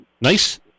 nice